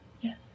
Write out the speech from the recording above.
Yes